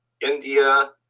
India